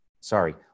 Sorry